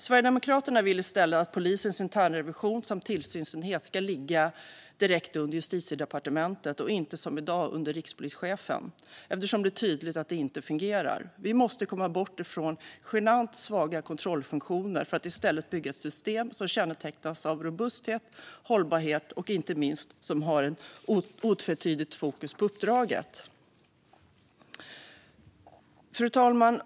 Sverigedemokraterna vill i stället att polisens internrevision samt tillsynsenhet ska ligga direkt under Justitiedepartementet och inte som i dag under rikspolischefen eftersom det är tydligt att det inte fungerar. Vi måste komma bort från genant svaga kontrollfunktioner för att i stället bygga ett system som kännetecknas av robusthet och hållbarhet och som inte minst har ett otvetydigt fokus på uppdraget. Fru talman!